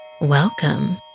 welcome